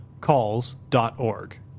calls.org